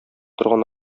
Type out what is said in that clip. торган